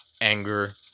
anger